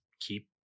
keep